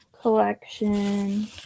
collection